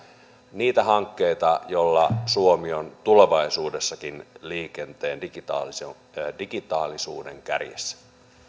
niitä hankkeita joilla suomi on tulevaisuudessakin liikenteen digitaalisuuden kärjessä